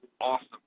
awesome